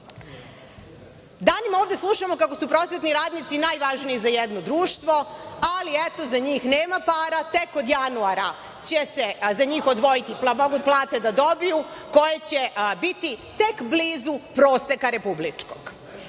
učiti. Danima ovde slušamo kako su prosvetni radnici najvažniji za jedno društvo, ali eto za njih nema para, tek od januara će se odvojiti pa mogu plate da dobiju koje će biti tek blizu proseka republičkog.